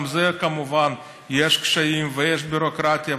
גם בזה כמובן יש קשיים ויש ביורוקרטיה,